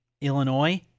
Illinois